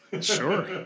Sure